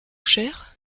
cher